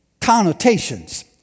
connotations